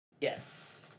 Yes